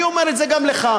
אני אומר את זה גם לך,